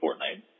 Fortnite